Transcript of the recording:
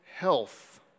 health